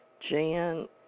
Jan